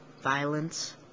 violence